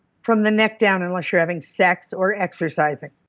from the neck down unless you're having sex or exercising.